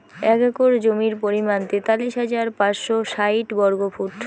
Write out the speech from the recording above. এক একর জমির পরিমাণ তেতাল্লিশ হাজার পাঁচশ ষাইট বর্গফুট